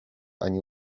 ani